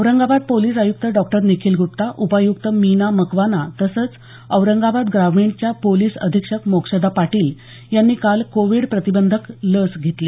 Aurangabad police आयुक्त doctor Nikhil Gupta उपायुक्त मीना मकवाना तसंच औरंगाबाद ग्रामीणच्या पोलिस अधिक्षक मोक्षदा पाटील यांनी काल कोविड प्रतिबंधात्मक लस घेतली